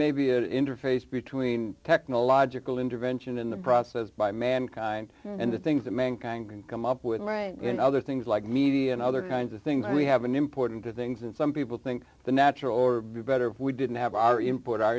maybe an interface between technological intervention in the process by mankind and the things that mankind can come up with right and other things like media and other kinds of things we have an important things and some people think the natural or be better if we didn't have our input